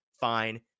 fine